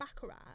baccarat